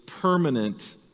permanent